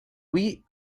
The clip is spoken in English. wheat